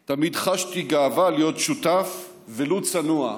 תמיד חשתי גאווה להיות שותף, ולו צנוע,